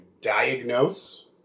diagnose